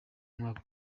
umwaka